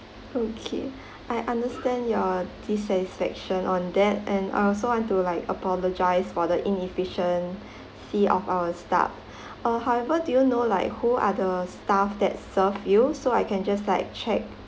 okay I understand your dissatisfaction on that and I also want to like apologise for the inefficiency of our staff uh however do you know like who are the staff that serve you so I can just like check